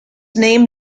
name